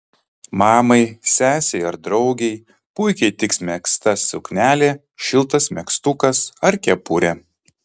mamai sesei ar draugei puikiai tiks megzta suknelė šiltas megztukas ar kepurė